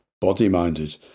body-minded